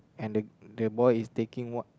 and the the boy is taking one